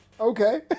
okay